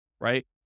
right